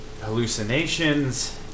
hallucinations